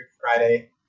Friday